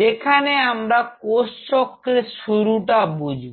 যেখানে আমরা কোষচক্রের শুরুটা বুঝবো